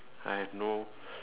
I have no